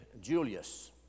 Julius